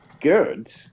good